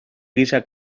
giza